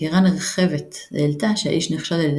חקירה נרחבת העלתה שהאיש נחשד על ידי